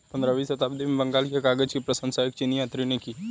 पंद्रहवीं शताब्दी में बंगाल के कागज की प्रशंसा एक चीनी यात्री ने की